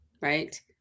right